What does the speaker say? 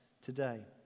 today